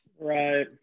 right